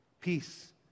peace